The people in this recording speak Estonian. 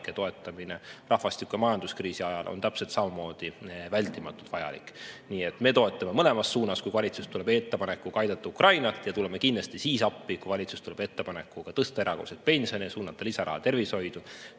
toetamine rahvastiku‑ ja majanduskriisi ajal on täpselt samamoodi vältimatult vajalik. Nii et me toetame mõlemas suunas, toetame siis, kui valitsus tuleb ettepanekuga aidata Ukrainat, ja tuleme kindlasti appi siis, kui valitsus tuleb ettepanekuga tõsta erakorraliselt pensione ja suunata lisaraha tervishoidu